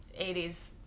80s